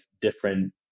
different